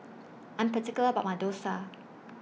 I Am particular about My Dosa